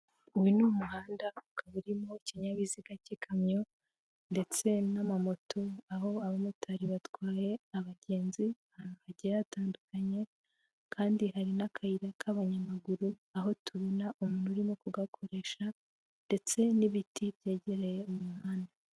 Uyu ni umuhanda, ukaba urimo ikinyabiziga cy'ikamyo ndetse n'amamoto, aho abamotari batwaye abagenzi ahantu hagiye hatandukanye kandi hari n'akayira k'abanyamaguru aho tubona umuntu urimo kugakoresha ndetse n'ibiti byegereye umuhanda.